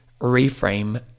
reframe